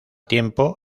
tiempo